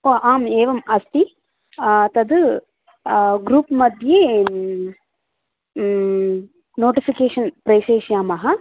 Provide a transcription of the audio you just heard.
ओ आम् एवम् अस्ति तत् ग्रूप् मध्ये नोटिफ़िकेशन् प्रेषयिष्यामः